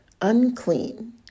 Unclean